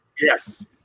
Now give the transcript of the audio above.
Yes